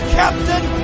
captain